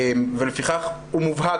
ולפיכך הוא מובהק.